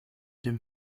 dem